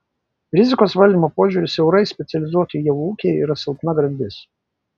rizikos valdymo požiūriu siaurai specializuoti javų ūkiai yra silpna grandis